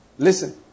Listen